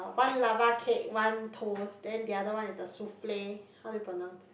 one lava cake one toast then the other one is the souffle how do you pronounce